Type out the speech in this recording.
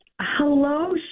Hello